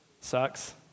Sucks